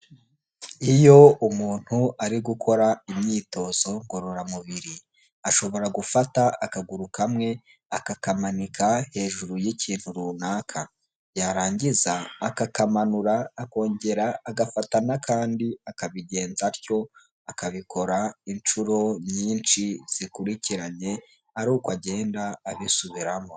Iyo umuntu ari gukora imyitozo ngororamubiri ashobora gufata akaguru kamwe akakamanika hejuru y'ikintu runaka, yarangiza akakamanura akongera agafata n'akandi akabigenza atyo akabikora inshuro nyinshi zikurikiranye ari uko agenda abisubiramo.